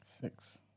Six